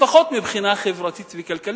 לפחות מבחינה חברתית וכלכלית,